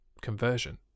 conversion